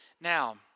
now